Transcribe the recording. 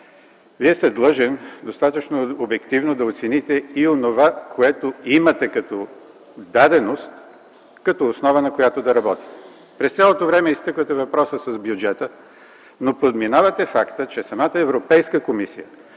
Вие сте длъжен достатъчно обективно да оцените и онова, което имате като даденост, като основа, на която да работите. През цялото време изтъквате въпроса с бюджета, но подминавате факта, че самата Европейска комисия